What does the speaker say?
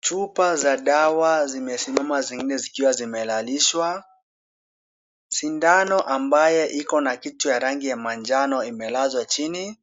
Chupa za dawa zimesimama zingine zikiwa zimelalishwa. Sindano ambayo iko na kitu ya rangi ya manjano imelazwa chini.